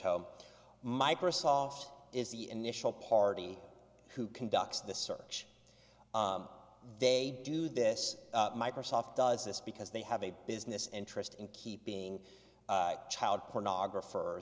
home microsoft is the initial party who conducts the search they do this microsoft does this because they have a business interest in keeping child pornographer